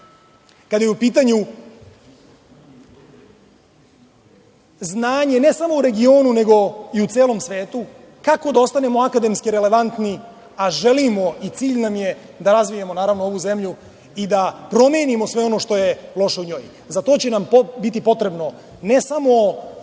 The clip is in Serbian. kada je u pitanju znanje ne samo u regionu, nego u celom svetu, kako da ostanemo akademski relevantni, a želimo i cilj nam je da razvijemo naravno ovu zemlju i da promenimo sve ono što je loše u njoj. Za to će nam biti potrebno ne samo